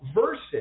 versus